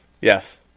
yes